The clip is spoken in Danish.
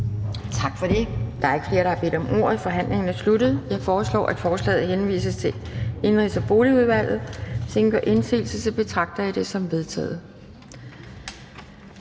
Tak for det. Der er ikke flere, der har bedt om ordet, så forhandlingen er sluttet. Jeg foreslår, at forslaget henvises til Indenrigs- og Boligudvalget. Hvis ingen gør indsigelse, betragter jeg det som vedtaget.